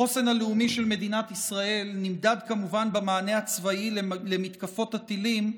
החוסן הלאומי של מדינת ישראל נמדד כמובן במענה הצבאי על מתקפות הטילים,